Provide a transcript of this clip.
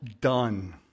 done